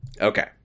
Okay